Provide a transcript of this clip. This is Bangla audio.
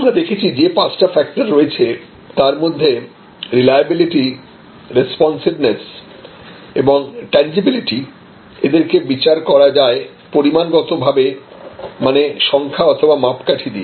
আমরা দেখেছি যে পাঁচটা ফ্যাক্টর রয়েছে তার মধ্যে রিলাইএবেলিটি রেস্পন্সিভেনেস এবং টেনজিবিলিটি এদেরকে বিচার করা যায় পরিমাণগত ভাবে মানে সংখ্যা অথবা মাপকাঠি দিয়ে